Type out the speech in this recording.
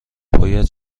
باید